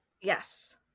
Yes